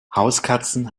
hauskatzen